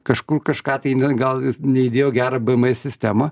kažkur kažką tai gal neįdėjo gera bms sistemą